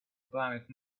planet